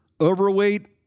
overweight